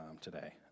today